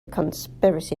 conspiracy